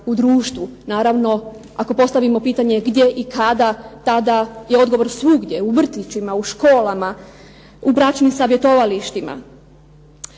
u društvu. Naravno ako postavimo pitanje gdje i kada, tada je odgovor svugdje, u vrtićima, u školama, u bračnim savjetovalištima.